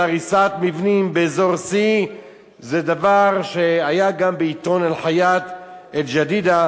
הריסת מבנים באזור C. זה דבר שהיה גם בעיתון "אל-חיאת אל-ג'דידה",